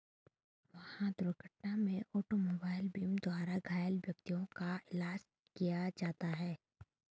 वाहन दुर्घटना में ऑटोमोबाइल बीमा द्वारा घायल व्यक्तियों का इलाज किया जाता है